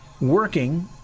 working